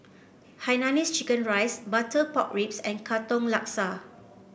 Hainanese Chicken Rice Butter Pork Ribs and Katong Laksa